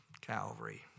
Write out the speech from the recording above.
Calvary